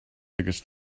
tickets